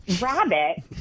Rabbit